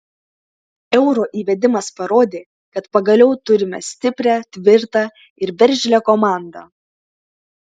euro įvedimas parodė kad pagaliau turime stiprią tvirtą ir veržlią komandą